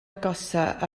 agosaf